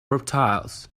reptiles